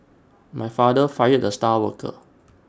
my father fired the star worker